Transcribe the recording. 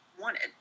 wanted